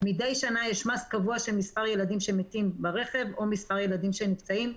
של מספר ילדים שמתים ברכב או מספר ילדים שנפצעים,